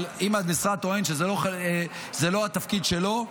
אבל אם המשרד טוען שזה לא התפקיד שלו,